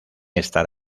estar